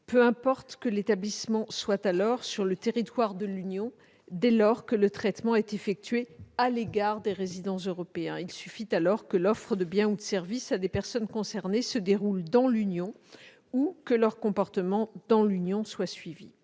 peu importe que l'établissement soit alors sur le territoire de l'Union, dès lors que le traitement est effectué à l'égard des résidents européens. Il suffit alors que l'offre de biens ou de services à des personnes concernées se déroule dans l'Union ou que leur comportement dans l'Union soit suivi.